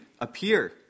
appear